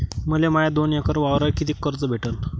मले माया दोन एकर वावरावर कितीक कर्ज भेटन?